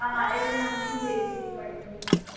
ஆ எல்லாம் சேர்த்து five thousand